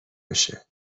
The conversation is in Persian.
بشه